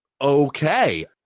Okay